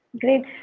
Great